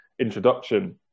introduction